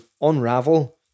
unravel